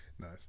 Nice